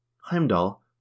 Heimdall